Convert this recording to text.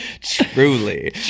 Truly